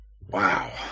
Wow